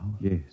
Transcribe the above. Yes